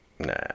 Nah